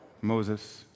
Moses